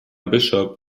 bishop